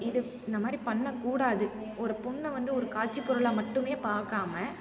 இது இந்த மாதிரி பண்ணக் கூடாது ஒரு பெண்ணை வந்து ஒரு காட்சிப் பொருளாக மட்டுமே பார்க்காம